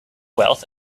wealth